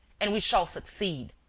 and we shall succeed.